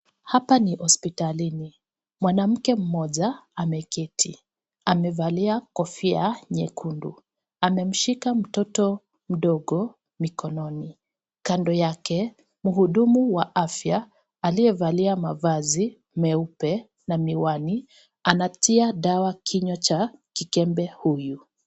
Hapa ni hospitalini, mwanamke mmoja ameketi amevalia kofia nyekundu, amemshika mtoto mdogo mikononi, kando yake mhudumu wa afya aliyevalia mavazi meupe na miwani anatia dawa kinywa cha kikembe huyu.